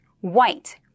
white